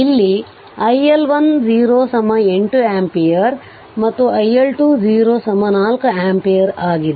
ಇಲ್ಲಿ iL1 0 8 ampere ಮತ್ತು iL2 0 4 ampere ಆಗಿದೆ